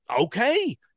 okay